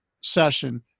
session